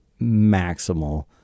maximal